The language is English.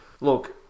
look